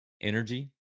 energy